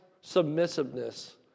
submissiveness